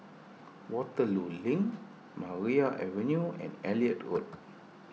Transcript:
Waterloo Link Maria Avenue and Elliot Road